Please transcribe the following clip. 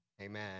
amen